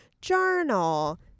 journal